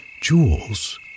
jewels